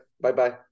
Bye-bye